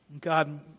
God